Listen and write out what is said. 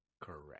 Correct